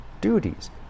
duties